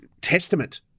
testament